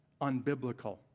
unbiblical